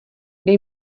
dej